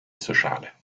sociale